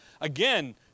Again